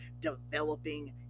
developing